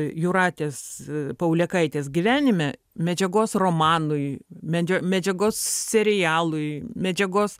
jūratės paulėkaitės gyvenime medžiagos romanui medžia medžiagos serialui medžiagos